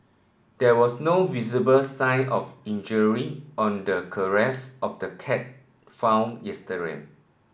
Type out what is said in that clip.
there was no visible sign of injury on the of the cat found yesterday